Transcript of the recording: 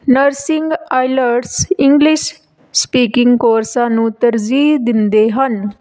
nursing IELTS English speaking ਕੋਰਸਾਂ ਨੂੰ ਤਰਜੀਹ ਦਿੰਦੇ ਹਨ